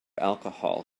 alcohol